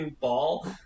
Ball